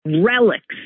Relics